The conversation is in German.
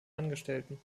angestellten